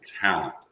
talent